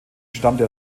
stammte